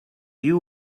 you